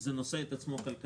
זה נושא את עצמו כלכלית.